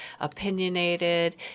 opinionated